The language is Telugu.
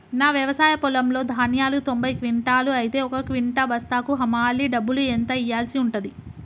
నా వ్యవసాయ పొలంలో ధాన్యాలు తొంభై క్వింటాలు అయితే ఒక క్వింటా బస్తాకు హమాలీ డబ్బులు ఎంత ఇయ్యాల్సి ఉంటది?